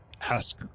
ask